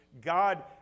God